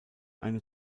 eine